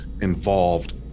involved